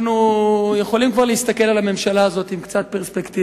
אנחנו יכולים כבר להסתכל על הממשלה הזו עם קצת פרספקטיבה,